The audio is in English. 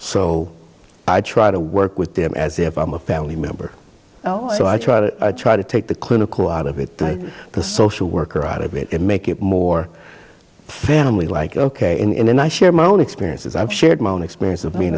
so i try to work with them as if i'm a family member so i try to try to take the clinical out of it the social worker out of it make it more family like ok and then i share my own experiences i've shared my own experience of being